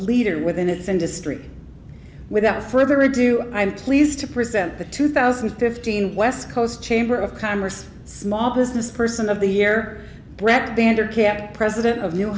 leader within its industry without further ado i'm pleased to present the two thousand and fifteen west coast chamber of commerce small business person of the year brett vander camp president of